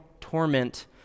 torment